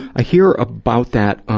i hear about that,